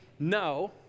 No